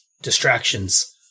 distractions